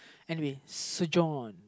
anyway so John